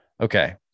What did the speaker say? Okay